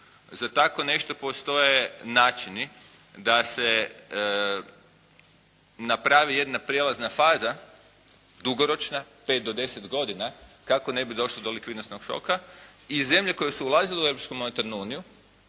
Za tako nešto postoje načini da se napravi jedna prijelazna faza dugoročna, pet do deset godina kako ne bi došlo do likvidnosnog šoka i zemlje koje su ulazite u Europsku monetarnu uniju